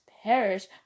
perish